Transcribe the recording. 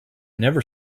never